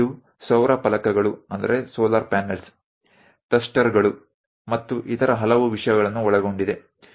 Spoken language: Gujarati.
તેમાં સોલાર પેનલ્સ થ્રસ્ટર્સ અને અન્ય ઘણી વસ્તુઓ જેવા ઘણા ભાગો ઘટકો છે